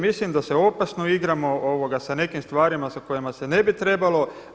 Mislim da se opasno igramo sa nekim stvarima sa kojima se ne bi trebalo.